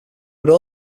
would